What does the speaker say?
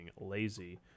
lazy